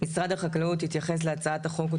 משרד החקלאות התייחס להצעת החוק עוד